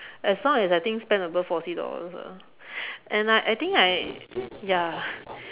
as long as I think spend above forty dollars ah and I I think I ya